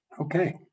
okay